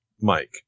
Mike